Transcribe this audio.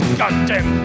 goddamn